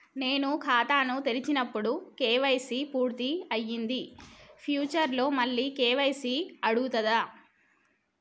నేను ఖాతాను తెరిచినప్పుడు నా కే.వై.సీ పూర్తి అయ్యింది ఫ్యూచర్ లో మళ్ళీ కే.వై.సీ అడుగుతదా?